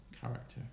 character